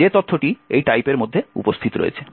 যে তথ্যটি এই টাইপের মধ্যে উপস্থিত রয়েছে